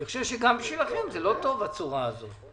אני חושב שגם בשבילכם הצורה הזאת לא טובה.